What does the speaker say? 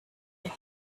you